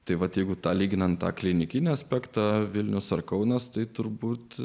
tai vat jeigu tą lyginant tą klinikinį aspektą vilnius ar kaunas tai turbūt